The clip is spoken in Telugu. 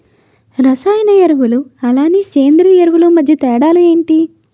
రసాయన ఎరువులు అలానే సేంద్రీయ ఎరువులు మధ్య తేడాలు ఏంటి?